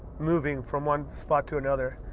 moving from one spot to another.